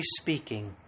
speaking